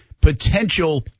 potential